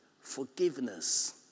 forgiveness